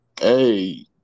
Hey